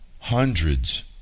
hundreds